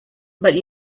but